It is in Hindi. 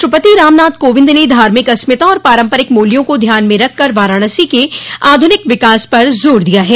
राष्ट्रपति रामनाथ कोविंद ने धार्मिक अस्मिता और पारंपरिक मूल्यों को ध्यान में रखकर वाराणसी के आध्निक विकास पर जोर दिया है